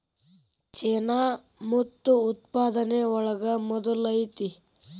ಚೇನಾ ಮುತ್ತು ಉತ್ಪಾದನೆ ಒಳಗ ಮೊದಲ ಐತಿ